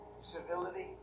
civility